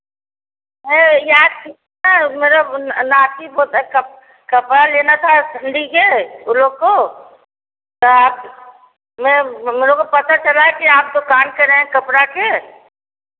है मतलब मेरा नाती पोता का कपड़ा लेना था ठंडी के उन लोगों को तो मतलब आप हम लोगों को पता चला है कि आप दुकान करेंगे कपड़ा के